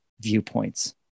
viewpoints